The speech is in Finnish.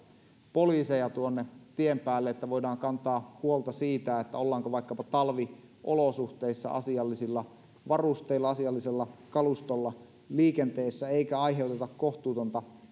poliiseja tuonne tien päälle että voidaan kantaa huolta siitä ollaanko vaikkapa talviolosuhteissa asiallisilla varusteilla asiallisella kalustolla liikenteessä eikä aiheuteta kohtuutonta